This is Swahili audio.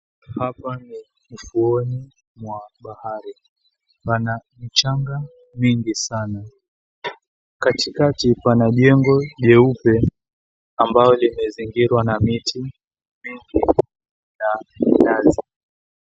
Hapa ni ufuoni mwa bahari. Pana mchanga mingi sana. Katikati pana jengo jeupe ambalo limezingirwa na miti mingi ya minazi.